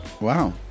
Wow